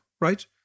right